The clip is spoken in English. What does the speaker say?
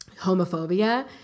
homophobia